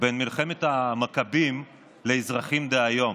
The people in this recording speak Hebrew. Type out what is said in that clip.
בין מלחמת המכבים לאזרחים דהיום.